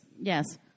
Yes